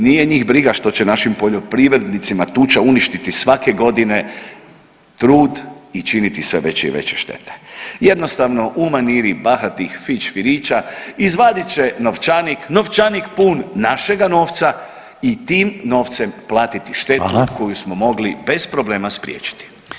Nije njih briga što će našim poljoprivrednicima tuča uništiti svake godine trud i činiti sve veće i veće štete, jednostavno u maniri bahatih fićfirića izvadit će novčanik, novčanik pun našega novca i tim novcem platiti štetu koju smo [[Upadica: Hvala.]] mogli bez problema spriječiti.